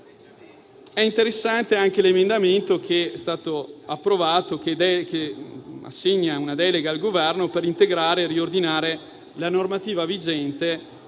È interessante anche l'emendamento che è stato approvato, che assegna una delega al Governo per integrare e riordinare la normativa vigente